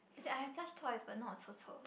as in I have plush toys but not a 臭臭